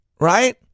right